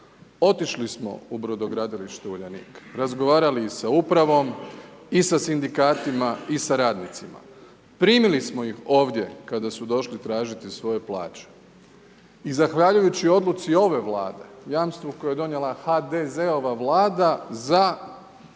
Otišli smo u brodogradilište Uljanik, razgovarali i sa upravom i sa sindikatima i sa radnicima. Primili smo ih ovdje kada su došli tražiti svoje plaće. I zahvaljujući odluci ove Vlade, jamstvu koje je donijela HDZ-ova vlada za